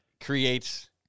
creates